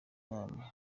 nama